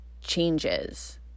changes